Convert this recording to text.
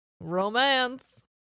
romance